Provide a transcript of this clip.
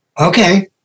Okay